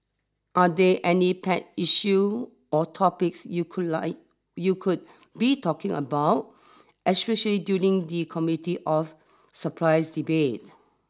are there any pet issue or topics you could like you could be talking about especially during the Committee of Supplies debate